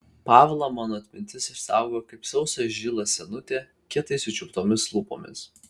pavlą mano atmintis išsaugojo kaip sausą žilą senutę kietai sučiauptomis lūpomis